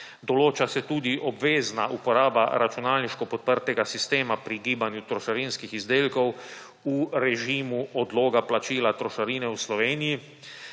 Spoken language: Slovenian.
Določa se tudi obvezna uporaba računalniško podprtega sistema pri gibanju trošarinskih izdelkov v režimu odloga plačila trošarine v Sloveniji,